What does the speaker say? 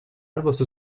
واسه